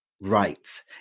right